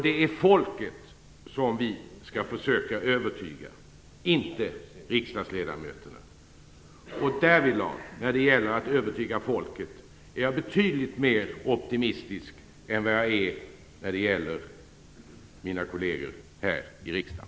Det är folket som vi skall försöka att övertyga, inte riksdagsledamöterna. Därvidlag är jag betydligt mer optimistisk än vad jag är när det gäller mina kolleger här i riksdagen.